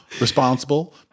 responsible